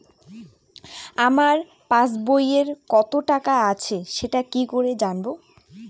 আমার পাসবইয়ে কত টাকা আছে সেটা কি করে জানবো?